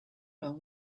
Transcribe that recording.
long